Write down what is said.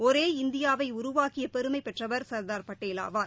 ஒரே இந்தியாவை உருவாக்கிய பெருமை பெற்றவர் சர்தார் படேல் ஆவார்